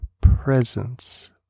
presence